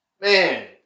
Man